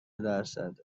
درصده